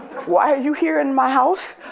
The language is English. why are you here in my house!